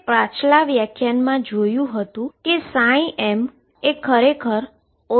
આપણે પાછલા વ્યાખ્યાનમાં જોયું હતું કે m ખરેખર ઓર્થોગોનલ છે